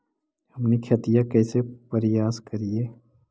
हमनी खेतीया कइसे परियास करियय?